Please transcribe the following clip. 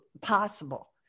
possible